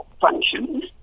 functions